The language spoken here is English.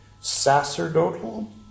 Sacerdotal